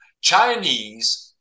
Chinese